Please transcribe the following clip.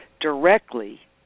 directly